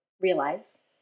realize